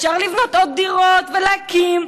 אפשר לבנות עוד דירות ולהקים.